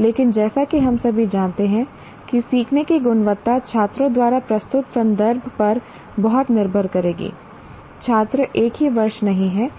लेकिन जैसा कि हम सभी जानते हैं कि सीखने की गुणवत्ता छात्रों द्वारा प्रस्तुत संदर्भ पर बहुत निर्भर करेगी छात्र एक ही वर्ष नहीं हैं